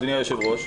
אדוני היושב ראש,